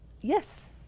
Yes